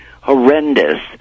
horrendous